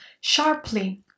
sharply